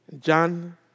John